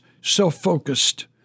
self-focused